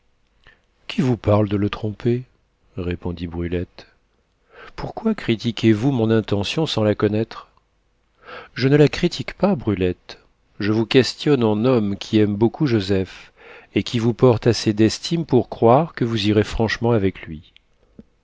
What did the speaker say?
qui vous parle de le tromper répondit brulette pourquoi critiquez vous mon intention sans la connaître je ne la critique pas brulette je vous questionne en homme qui aime beaucoup joseph et qui vous porte assez d'estime pour croire que vous irez franchement avec lui